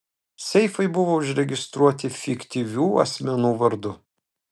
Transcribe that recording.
seifai buvo užregistruoti fiktyvių asmenų vardu